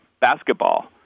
basketball